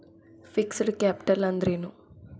Fixed capital ಅಂದ್ರೇನು?